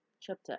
chapter